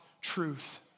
truth